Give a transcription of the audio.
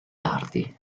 arti